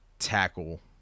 Tackle